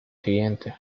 siguiente